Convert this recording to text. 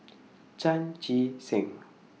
Chan Chee Seng